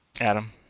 Adam